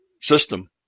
system